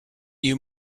you